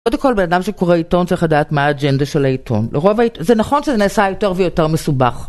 קודם כל בן אדם שקורא עיתון צריך לדעת מה האג'נדה של העיתון, ורוב העיתון, זה נכון שזה נעשה יותר ויותר מסובך.